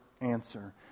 answer